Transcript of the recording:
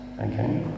Okay